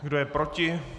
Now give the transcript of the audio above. Kdo je proti?